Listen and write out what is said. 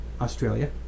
Australia